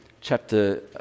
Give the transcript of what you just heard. chapter